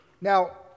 Now